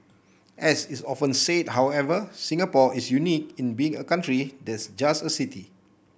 as is often said however Singapore is unique in being a country that's just a city